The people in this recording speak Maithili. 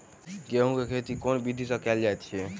गेंहूँ केँ खेती केँ विधि सँ केल जाइत अछि?